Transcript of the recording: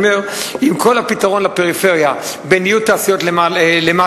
אני אומר: אם כל הפתרון לפריפריה בניוד תעשיות למטה,